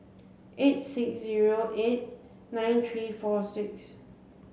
eight six zero eight nine three four six